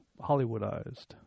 Hollywoodized